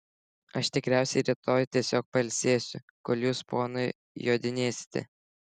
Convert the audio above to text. aš tikriausiai rytoj tiesiog pailsėsiu kol jūs ponai jodinėsite